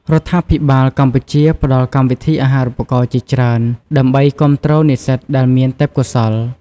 រដ្ឋាភិបាលកម្ពុជាផ្តល់កម្មវិធីអាហារូបករណ៍ជាច្រើន ដើម្បីគាំទ្រនិស្សិតដែលមានទេពកោសល្យ។